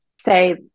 say